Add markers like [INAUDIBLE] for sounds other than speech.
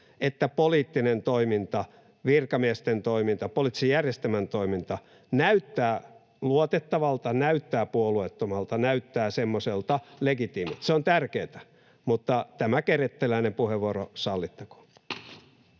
poliittinen toiminta, virkamiesten toiminta, poliittisen järjestelmän toiminta näyttää luotettavalta, näyttää puolueettomalta, näyttää semmoiselta legitiimiltä. [NOISE] Se on tärkeätä, mutta tämä kerettiläinen puheenvuoro sallittakoon.